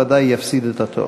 בוודאי יפסיד את התור.